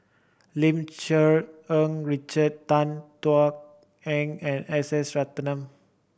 Lim Cherng Richard Tan Thuan Heng and S S Ratnam